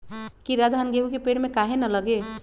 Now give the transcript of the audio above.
कीरा धान, गेहूं के पेड़ में काहे न लगे?